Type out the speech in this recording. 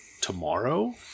tomorrow